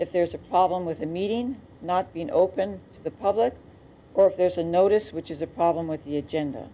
if there's a problem with the meeting not being open to the public or if there's a notice which is a problem with the agenda